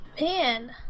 Man